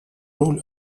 роль